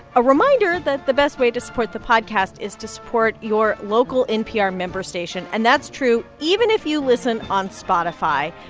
a reminder that the best way to support the podcast is to support your local npr member station, and that's true even if you listen on spotify.